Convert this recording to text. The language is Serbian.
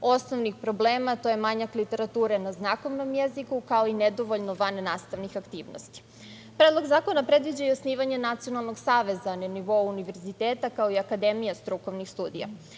osnovnih problema, a to je manjak literature na znakovnom jeziku, kao i nedovoljno vannastavnih aktivnosti. Predlog zakona predviđa i osnivanje nacionalnog saveza na nivou univerziteta, kao i Akademija strukovnih studija.